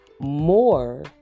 more